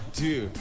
two